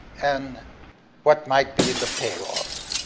and what might be the payoff?